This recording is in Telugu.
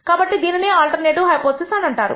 కాబట్టి దీనినే ఆల్టర్నేటివ్ హైపోథిసిస్ అంటారు